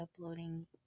uploading